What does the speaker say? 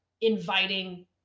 inviting